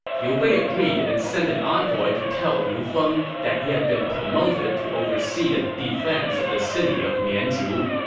liu bei agreed and sent an envoy to tell liu feng that he had been promoted to oversee the defense of the city of mianzhu.